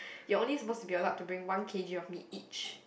you are only supposed to be allowed to bring one K_G of meat each